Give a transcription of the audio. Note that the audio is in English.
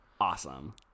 awesome